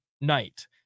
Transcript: night